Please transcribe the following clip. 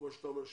כמו שאתה אומר,